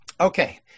okay